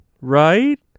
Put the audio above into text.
right